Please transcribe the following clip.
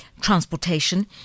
transportation